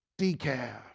decaf